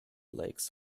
lakes